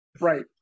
right